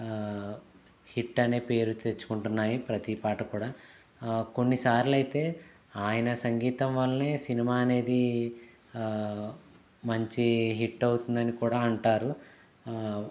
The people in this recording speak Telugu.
హిట్ అనే పేరు తెచ్చుకుంటున్నాయి ప్రతి పాట కూడా కొన్నిసార్లైతే ఆయన సంగీతం వల్లే సినిమా అనేది మంచి హిట్ అవుతుంది అని కూడా అంటారు